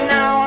Now